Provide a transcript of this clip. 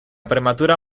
prematura